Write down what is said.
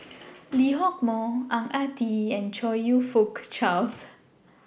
Lee Hock Moh Ang Ah Tee and Chong YOU Fook Charles